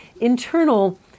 internal